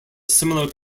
similar